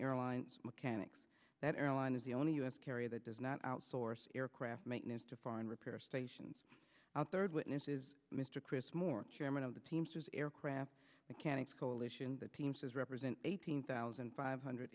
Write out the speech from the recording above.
airlines mechanics that airline is the only u s carrier that does not outsource aircraft maintenance to foreign repair stations out third witnesses mr chris morris chairman of the teamsters aircraft mechanics coalition the team says represent eighteen thousand five hundred